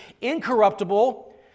incorruptible